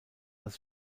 als